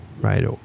right